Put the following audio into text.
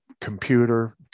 computer